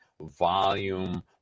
volume